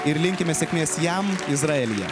ir linkime sėkmės jam izraelyje